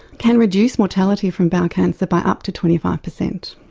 can reduce mortality from bowel cancer by up to twenty five percent.